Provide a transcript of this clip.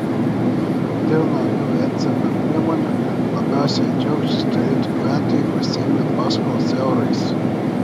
dėl naujų ecb priemonių labiausiai džiaugtis turėtų gyventojai pasiėmę paskolas eurais